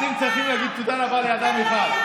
אתם צריכים להגיד תודה רבה רק לאדם אחד.